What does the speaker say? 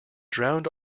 drowned